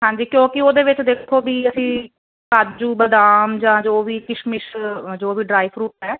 ਹਾਂਜੀ ਕਿਉਂਕਿ ਉਹਦੇ ਵਿੱਚ ਦੇਖੋ ਵੀ ਅਸੀਂ ਕਾਜੂ ਬਦਾਮ ਜਾਂ ਜੋ ਵੀ ਕਿਸ਼ਮਿਸ਼ ਜੋ ਵੀ ਡਰਾਈ ਫਰੂਟ ਹੈ